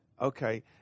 okay